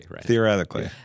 theoretically